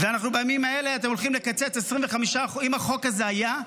בימים אלה אתם הולכים לקצץ 25% אם החוק הזה היה,